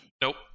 nope